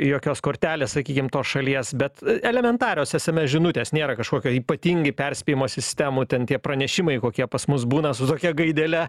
jokios kortelės sakykim tos šalies bet elementarios sms žinutės nėra kažkokio ypatingi perspėjimo sistemų ten tie pranešimai kokie pas mus būna su tokia gaidele